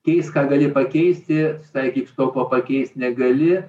keisk ką gali pakeisti susitaikyk su tuo ko pakeist negali